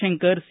Shankar C